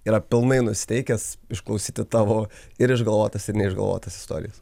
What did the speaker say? yra pilnai nusiteikęs išklausyti tavo ir išgalvotas ir neišgalvotas istorijas